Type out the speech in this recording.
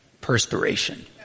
perspiration